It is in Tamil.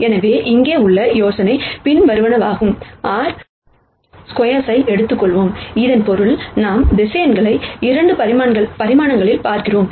எனவே இங்கே உள்ள யோசனை பின்வருவனவாகும் R ஸ்கொயர்ஸை எடுத்துக்கொள்வோம் இதன் பொருள் நாம் வெக்டர்ஸ் 2 பரிமாணங்களில் பார்க்கிறோம்